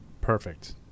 perfect